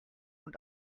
und